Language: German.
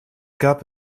gab